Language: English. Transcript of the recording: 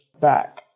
back